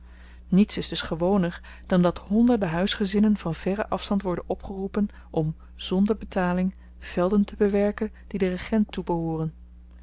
niets is dus gewoner dan dat honderde huisgezinnen van verren afstand worden opgeroepen om zonder betaling velden te bewerken die den regent toebehooren